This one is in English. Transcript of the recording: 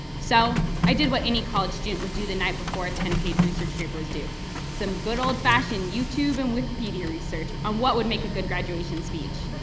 so i did what any college student would do the night before a ten page research paper is due some good old fashioned youtube and wikipedia research on what would make a good graduation speech.